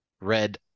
red